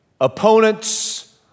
opponents